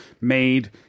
made